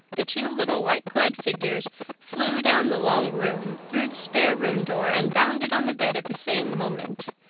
the two little white-clad figures flew down the long room, through the spare-room door, and bounded on the bed at the same moment.